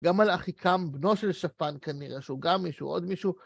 גם על אחיקם, בנו של שפן כנראה שהוא, גם מישהו, עוד מישהו.